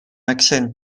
accent